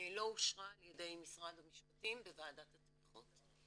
לא אושרה על ידי משרד המשפטים בוועדת התמיכות.